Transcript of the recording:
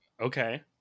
Okay